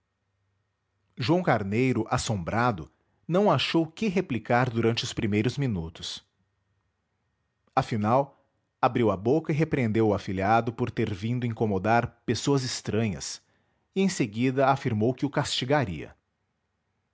joão carneiro assombrado não achou que replicar durante os primeiros minutos afinal abriu a boca e repreendeu o afilhado por ter vindo incomodar pessoas estranhas e em seguida afirmou que o castigaria